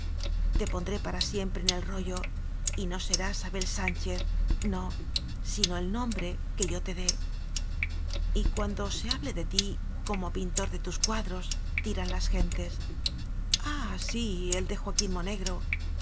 te pondré para siempre en el rollo y no serás abel sánchez no sino el nombre que yo te dé y cuando se hable de ti como pintor de tus cuadros dirán las gentes ah sí el de joaquín monegro